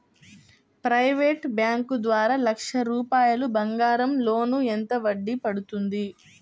Private bank ద్వారా లక్ష రూపాయలు బంగారం లోన్ ఎంత వడ్డీ పడుతుంది?